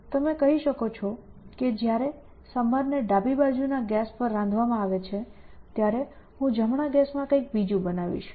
તમે કહી શકો છો કે જ્યારે સંભારને ડાબી બાજુના ગેસ પર રાંધવામાં આવે છે ત્યારે હું જમણા ગેસમાં કંઈક બીજું બનાવીશ